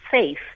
safe